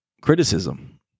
criticism